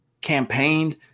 campaigned